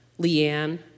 Leanne